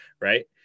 Right